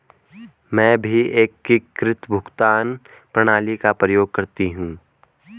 मैं भी एकीकृत भुगतान प्रणाली का प्रयोग करती हूं